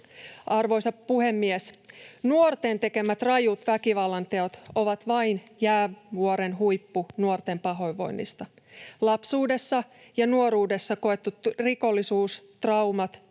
Arvoisa puhemies! Nuorten tekemät rajut väkivallanteot ovat vain jäävuoren huippu nuorten pahoinvoinnista. Lapsuudessa ja nuoruudessa koettu rikollisuus, traumat